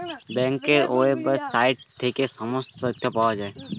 ব্যাঙ্কের ওয়েবসাইট থেকে সমস্ত তথ্য পাওয়া যায়